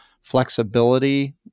flexibility